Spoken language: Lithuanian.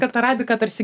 kad arabika tarsi